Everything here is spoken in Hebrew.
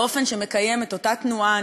באופן שמקיים את אותה תנועה,